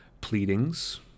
pleadings